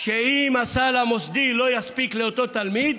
שאם הסל המוסדי לא יספיק לאותו תלמיד,